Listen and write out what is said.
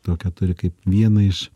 to keturi kaip vieną iš